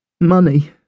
Money